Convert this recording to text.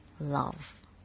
love